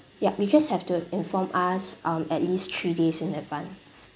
ya you just have to inform us um at least three days in advance